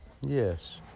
Yes